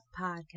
Podcast